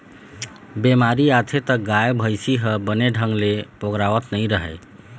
बेमारी आथे त गाय, भइसी ह बने ढंग ले पोगरावत नइ रहय